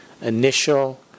Initial